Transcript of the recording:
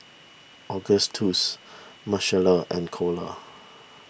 Augustus Marcella and Kole